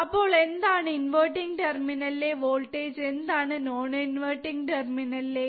അപ്പോൾ എന്താണ് ഇൻവെർട്ടിങ് ടെർമിനലിലെ വോൾടേജ് എന്താണ് നോൺ ഇൻവെർട്ടിങ് ടെർമിനലിലെ